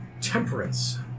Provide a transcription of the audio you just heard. Temperance